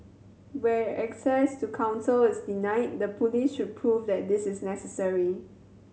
where access to counsel is denied the police should prove that this is necessary